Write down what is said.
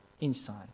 inside